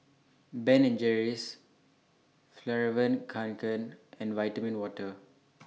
Ben and Jerry's Fjallraven Kanken and Vitamin Water